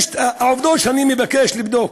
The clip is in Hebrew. העובדות שאני מבקש לבדוק,